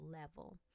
level